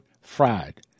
fried